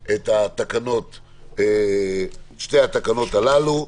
להצבעה את שתי התקנות הללו.